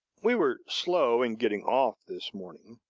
we were slow in getting off this morning.